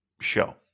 show